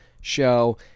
show